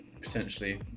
potentially